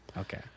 Okay